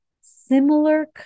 similar